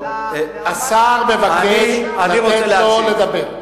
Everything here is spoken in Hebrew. השר מבקש לתת לו לדבר.